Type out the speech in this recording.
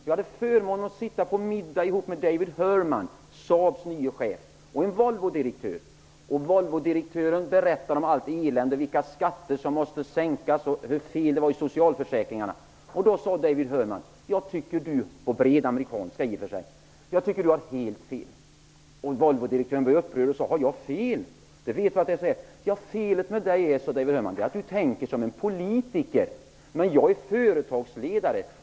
Jag hade förmånen att sitta på middag ihop med David Volvodirektören berättade om allt elände, vilka skatter som måste sänkas och hur fel det var i socialförsäkringarna. Då sade David Herman på bred amerikanska: Jag tycker du har helt fel! Volvodirektören blev upprörd: Har jag fel? Du vet väl att det är så här. Felet med dig, sade David Herman, är att du tänker som en politiker. Men jag är företagsledare.